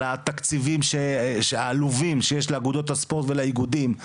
על התקציבים העלובים שיש לאגודות הספורט ולאיגודים.